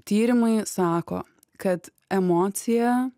tyrimai sako kad emocija